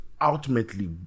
ultimately